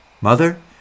mother